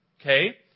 Okay